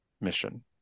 mission